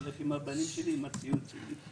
אני אלך עם הבנים שלי ועם הציוד שלי.